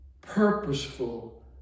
purposeful